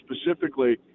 specifically